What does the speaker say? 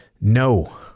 No